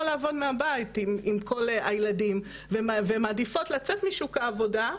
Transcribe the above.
לעבוד מהבית עם כל הילדים והן מעדיפות לצאת משוק העבודה,